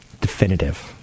definitive